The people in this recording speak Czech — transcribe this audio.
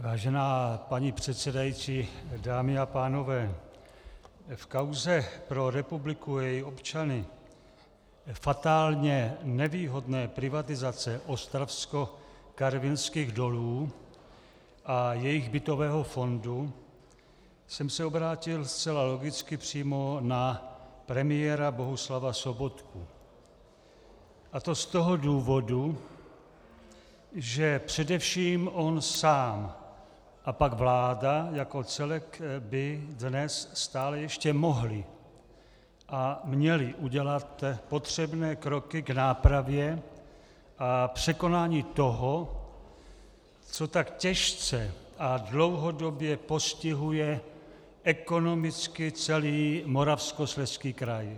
Vážená paní předsedající, dámy a pánové, v kauze pro republiku a její občany fatálně nevýhodné privatizace Ostravskokarvinských dolů a jejich bytového fondu jsem se obrátil zcela logicky přímo na premiéra Bohuslava Sobotku, a to z toho důvodu, že především on sám a pak vláda jako celek by dnes stále ještě mohli a měli udělat potřebné kroky k nápravě a překonání toho, co tak těžce a dlouhodobě postihuje ekonomicky celý Moravskoslezský kraj.